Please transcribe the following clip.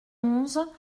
onze